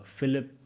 Philip